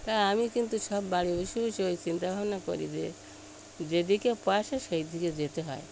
তা আমি কিন্তু সব বাড়ি বসে বসে ওই চিন্তা ভাবনা করি যে যেদিকে পয়সা সেই দিকে যেতে হয়